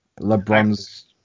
LeBron's